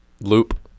loop